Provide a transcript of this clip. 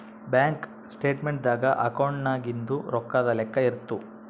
bank statement ದಾಗ ಅಕೌಂಟ್ನಾಗಿಂದು ರೊಕ್ಕದ್ ಲೆಕ್ಕ ಇರುತ್ತ